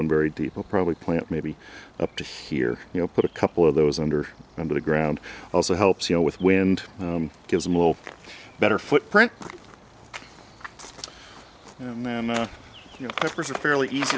one very deep will probably plant maybe up here you know put a couple of those under under the ground also helps you know with wind gives them a little better footprint and then you know it was a fairly easy